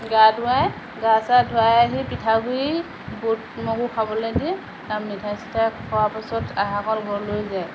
গা ধুৱাই গা ছা ধুৱাই আহি পিঠাগুৰি বুট মগু খাবলৈ দিয়ে আৰু মিঠাই চিঠাই খোৱাই খোৱাৰ পাছত আইসকল ঘৰলৈ যায়